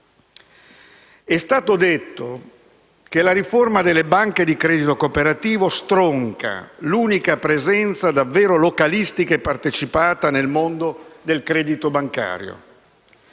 È stato detto che la riforma delle banche di credito cooperativo stronca l'unica presenza davvero localistica e partecipata nel mondo del credito bancario.